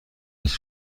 هیچ